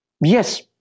yes